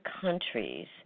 countries